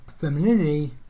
femininity